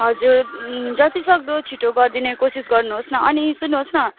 हजुर जतिसक्दो छिटो गरिदिने कोसिस गर्नुहोस् न अनि सुन्नुहोस् न